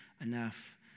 enough